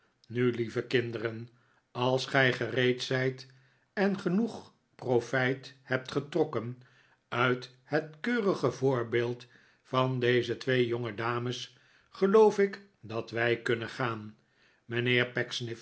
nu lieve kinderen als gij gereed zijt en genoeg profijt hebt getrokken uit het keu rige voorbeeld van deze twee jongedames geloof ik dat wij kunnen gaan mijnheer